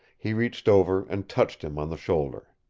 he reached over, and touched him on the shoulder.